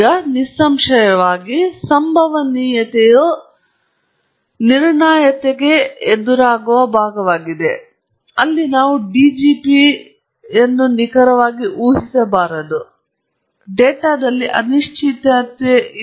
ಈಗ ನಿಸ್ಸಂಶಯವಾಗಿ ಸಂಭವನೀಯತೆಯು ನಿರ್ಣಾಯಕತೆಗೆ ಎದುರಾಗುವ ಭಾಗವಾಗಿದೆ ಅಲ್ಲಿ ನಾವು ಡಿಜಿಪಿ ನಿಖರವಾಗಿ ಊಹಿಸಬಾರದು ಅಥವಾ ತಿಳಿದಿಲ್ಲ ಅಥವಾ ಡೇಟಾದಲ್ಲಿ ಅನಿಶ್ಚಿತತೆಯಿದೆ ಎಂದು ನೀವು ಹೇಳಬಹುದು